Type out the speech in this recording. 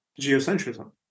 geocentrism